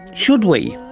should we?